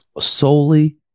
solely